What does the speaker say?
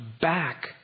back